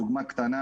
דוגמה קטנה